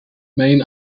main